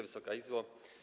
Wysoka Izbo!